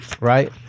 right